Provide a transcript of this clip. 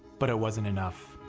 but it wasn't enough.